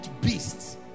beasts